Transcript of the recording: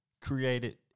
created